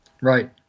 Right